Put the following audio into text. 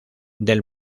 del